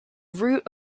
root